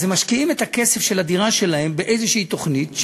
הם משקיעים את הכסף של הדירה שלהם באיזושהי תוכנית,